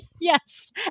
Yes